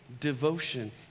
devotion